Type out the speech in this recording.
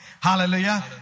Hallelujah